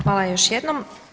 Hvala još jednom.